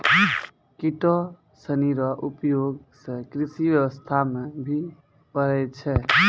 किटो सनी रो उपयोग से कृषि व्यबस्था मे भी पड़ै छै